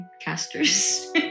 Casters